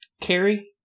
Carrie